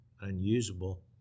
unusable